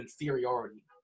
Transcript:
inferiority